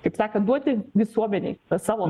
taip sakant duoti visuomenei savo